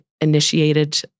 initiated